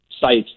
sites